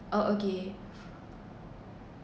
oh okay